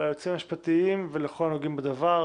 ליועצים המשפטיים ולכל הנוגעים בדבר,